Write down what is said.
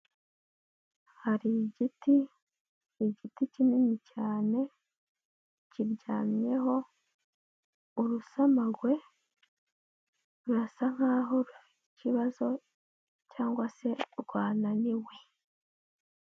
Hari igiti, igiti kinini cyane kiryamyeho urusamagwe, rurasa nkaho rufite ikibazo cyangwa se rwananiwe.